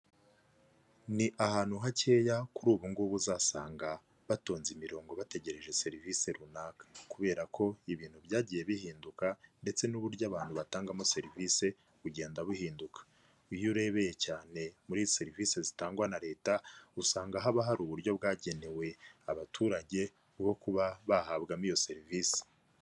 Ni ahantu hakeya, kuri ubu ngubu, uzasanga batonze imirongo bategereje serivisi runaka, kubera ko ibintu byagiye bihinduka, ndetse n'uburyo abantu batangamo serivisi bugenda bihinduka. Iyo urebeye cyane muri serivisi zitangwa na Leta, usanga haba hari uburyo bwagenewe abaturage bwo kuba bahabwamo iyo serivisi.